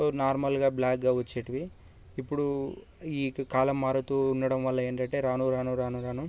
నార్మల్గా బ్ల్యాక్గా వచ్చేటివి ఇప్పుడు ఈ కాలం మారుతూ ఉండడం వల్ల ఏంటంటే రాను రాను రాను రాను